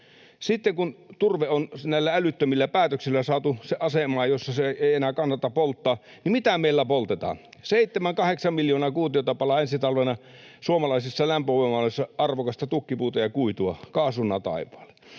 Sitten kun turve on näillä älyttömillä päätöksillä saatu asemaan, jossa sitä ei enää kannata polttaa, niin mitä meillä poltetaan? 7—8 miljoonaa kuutiota palaa ensi talvena suomalaisissa lämpövoimaloissa arvokasta tukkipuuta ja kuitua kaasuna taivaalle.